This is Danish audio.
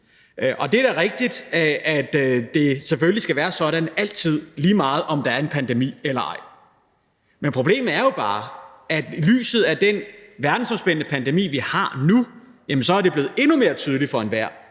Og det er da rigtigt, at det selvfølgelig skal være sådan altid, lige meget om der er en pandemi eller ej, men problemet er jo bare, at i lyset af den verdensomspændende pandemi, vi har nu, er det blevet endnu mere tydeligt for enhver,